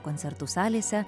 koncertų salėse